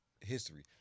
History